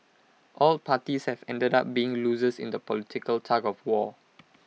all parties have ended up being losers in the political tug of war